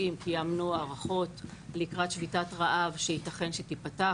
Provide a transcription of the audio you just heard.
קיימנו הערכות לקראת שביתת רעב שיתכן שתיפתח,